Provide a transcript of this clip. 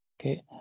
Okay